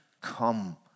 Come